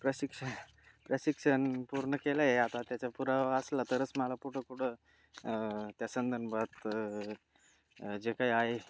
प्रशिक्षण प्रशिक्षण पूर्ण केलं आहे आता त्याचा पुरावा असला तरच मला कुठं कुठं त्या संदर्भात जे काय आहे